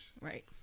Right